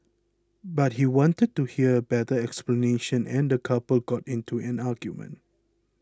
but he wanted a better explanation and the couple got into an argument